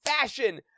fashion